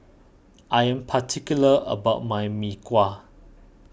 I am particular about my Mee Kuah